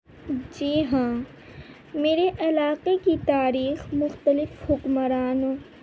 جی ہاں میرے علاقے کی تاریخ مختلف حکمرانوں